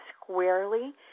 squarely